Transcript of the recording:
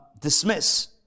dismiss